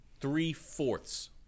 three-fourths